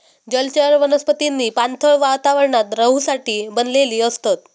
जलचर वनस्पतींनी पाणथळ वातावरणात रहूसाठी बनलेली असतत